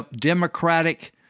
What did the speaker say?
democratic